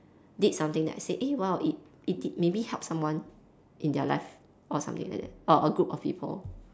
did something that I said eh !wow! it it did maybe help someone in their life or something like that or a group of people